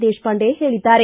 ದೇಶಪಾಂಡೆ ಹೇಳಿದ್ದಾರೆ